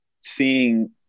seeing